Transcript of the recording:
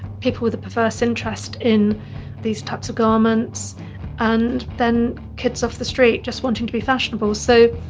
people with a perverse interest in these types of garments and then kids off the street just wanting to be fashionable. so,